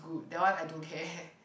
that one I don't care